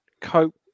cope